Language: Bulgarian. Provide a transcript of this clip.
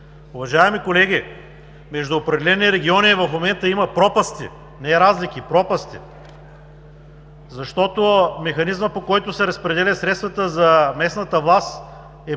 Уважаеми колеги, между определени региони в момента има пропасти, не разлики, а пропасти, защото механизмът, по който се разпределят средствата за местната власт, е